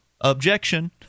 Objection